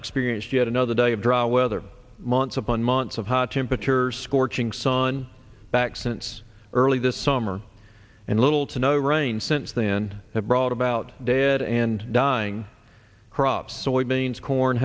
experience yet another day of dry weather months upon months of hot temperatures scorching sun back since early this summer and little to no rain since then have brought about dead and dying crops soybeans corn